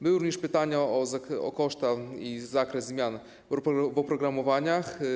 Były również pytania o koszty i zakres zmian w oprogramowaniu.